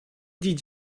did